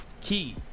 key